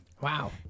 Wow